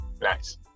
Nice